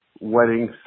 wedding